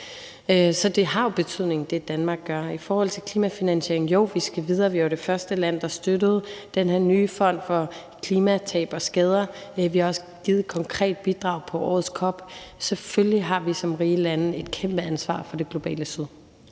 gør, har jo en betydning. I forhold til klimafinansiering vil jeg sige, at jo, vi skal videre. Vi var jo det første land, der støttede den her nye fond for klimatab og -skader, og vi har også givet et konkret bidrag på årets COP. Selvfølgelig har vi som rige lande et kæmpeansvar for det globale syd.